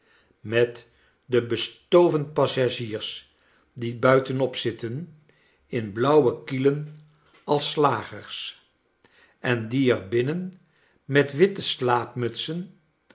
met de bestoven passagiers die buitenop zitten in blauwe kielen als slagers en die er binnen met witte